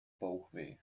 bauchweh